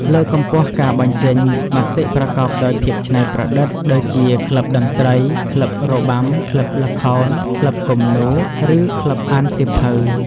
លើកកម្ពស់ការបញ្ចេញមតិប្រកបដោយភាពច្នៃប្រឌិត ដូចជា ក្លឹបតន្ត្រី ក្លឹបរបាំ ក្លឹបល្ខោន ក្លឹបគំនូរ ឬក្លឹបអានសៀវភៅ។